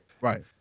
Right